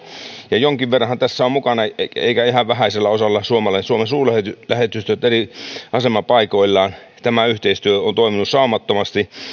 ja jonkin verranhan tässä ovat mukana eivätkä ihan vähäisellä osalla suomen suurlähetystöt eri asemapaikoillaan tämä yhteistyö on toiminut saumattomasti